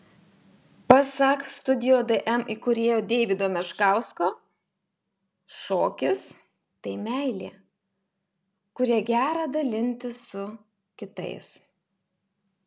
pasak studio dm įkūrėjo deivido meškausko šokis tai meilė kuria gera dalintis su kitais